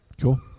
Cool